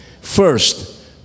First